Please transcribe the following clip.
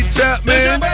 Chapman